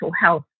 health